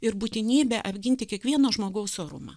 ir būtinybė apginti kiekvieno žmogaus orumą